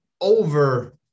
over